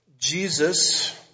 Jesus